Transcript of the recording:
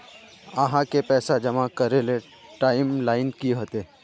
आहाँ के पैसा जमा करे ले टाइम लाइन की होते?